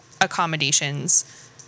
accommodations